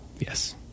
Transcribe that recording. Yes